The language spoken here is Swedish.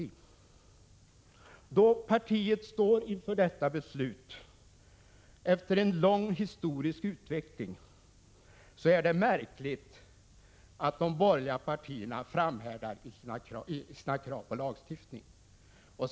Då det socialdemokratiska partiet står inför detta beslut efter en lång historisk utveckling, är det märkligt att de borgerliga partierna framhärdar i sina krav på lagstiftning.